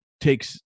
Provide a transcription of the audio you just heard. takes